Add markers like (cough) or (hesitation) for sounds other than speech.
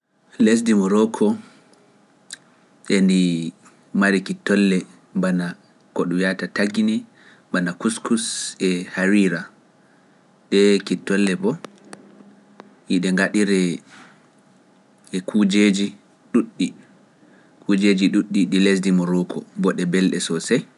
Lesdi Maroko (hesitation) ndi ndi mari ki tolle bana ko ɗum wiyata Tagini, bana Kouskous e Harira, ɗee ki tolle bo yiɗi ngaɗire e kujeeji ɗuuɗɗi ɗi lesdi Maroko mboɗe belɗe sose.